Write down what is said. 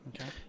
Okay